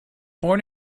born